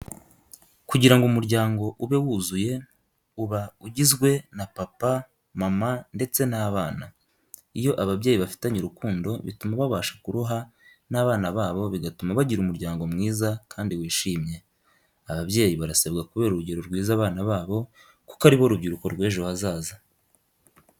Kugira ngo umuryango ube wuzuye, uba uginzwe na papa, mama, ndetse n'abana. Iyo ababyeyi bafitanye urukundo bituma babasha kuruha n'abana babo bigatuma bagira umuryango mwiza kandi wishimye. Ababyeyi barasabwa kubera urugero rwiza abana babo kuko aribo rubyiruko rw'ejo hazaza.